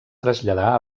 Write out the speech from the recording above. traslladà